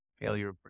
failure